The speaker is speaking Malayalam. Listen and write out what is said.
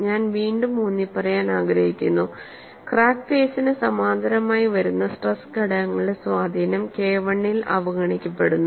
ഞാൻ വീണ്ടും ഊന്നിപ്പറയാൻ ആഗ്രഹിക്കുന്നു ക്രാക്ക് ഫേസ്സിന് സമാന്തരമായി വരുന്ന സ്ട്രെസ് ഘടകങ്ങളുടെ സ്വാധീനം KI ൽ അവഗണിക്കപ്പെടുന്നു